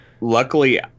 luckily